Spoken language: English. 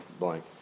blank